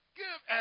give